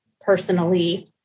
personally